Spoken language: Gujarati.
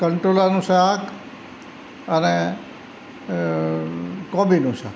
કંટોળાનું શાક અને કોબીનું શાક